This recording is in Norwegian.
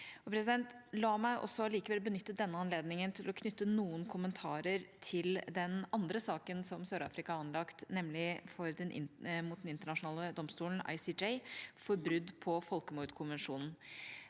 La meg allikevel benytte denne anledningen til å knytte noen kommentarer til den andre saken Sør-Afrika har anlagt, nemlig saken for Den internasjonale domstolen, ICJ, om brudd på folkemordkonvensjonen.